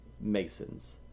Masons